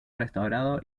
restaurado